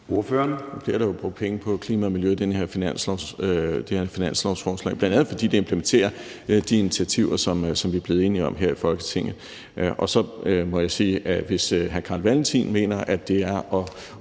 bliver der jo brugt penge på klima og miljø i det her finanslovsforslag, bl.a. fordi det implementerer de initiativer, som vi er blevet enige om i Folketinget. Så må jeg sige, at hvis hr. Carl Valentin mener, at det er at